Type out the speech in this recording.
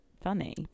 funny